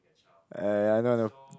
uh I know I know